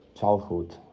childhood